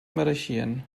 mereixen